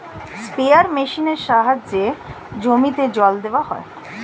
sprayer মেশিনের সাহায্যে জমিতে জল দেওয়া হয়